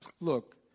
look